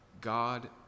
God